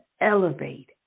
elevate